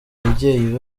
ababyeyi